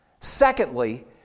Secondly